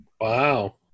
Wow